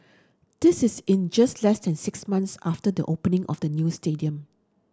this is in just less than six months after the opening of the new stadium